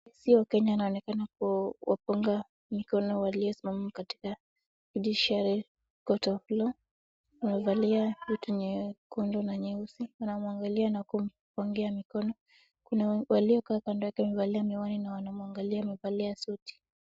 Rais wa Kenya anaonekana kuwapunga mikono waliosimama katika judiciary court of law wamevalia vitu nyekundu au nyeusi na wanamwangalia na kumpungia mikono, kuna waliokaa kando yake wamevalia miwani na wanamwangalia wamevalia suti.